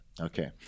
Okay